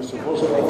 הוא אמר לי לסיים?